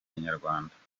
inyarwanda